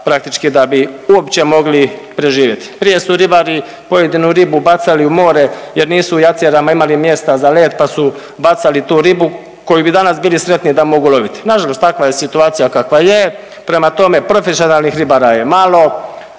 praktički da bi uopće mogli preživjeti. Prije su ribari pojedinu ribu bacali u more, jer nisu u …/Govornik se ne razumije./… imali mjesta za led, pa su bacali tu ribu koju bi danas bili sretni da mogu loviti. Na žalost takva je situacija kakva je. Prema tome, profesionalnih ribara je malo,